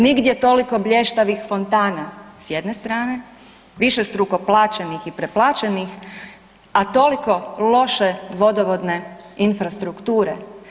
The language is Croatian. Nigdje toliko blještavih fontana s jedne strana, višestruko plaćenih i preplaćenih, a toliko loše vodovodne infrastrukture.